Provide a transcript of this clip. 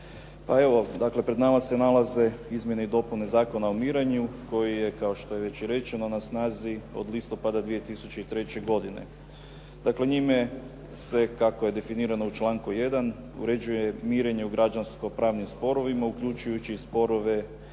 Pa evo dakle pred nama se nalaze izmjene i dopune Zakona o mirenju koji je, kao što je već i rečeno, na snazi od listopada 2003. godine. Dakle njime se, kako je definirano u članku 1., uređuje mirenje u građansko-pravnim sporovima, uključujući i sporove